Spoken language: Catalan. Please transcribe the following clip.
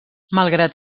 malgrat